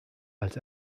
als